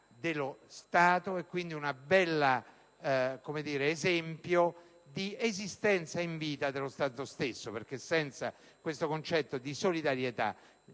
dello Stato. È un bell'esempio di esistenza in vita dello Stato stesso, perché senza questo concetto di solidarietà